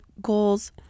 goals